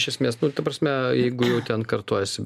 iš esmės nu ta prasme jeigu jau ten kartojasi